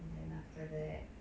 and then after that